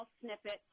snippet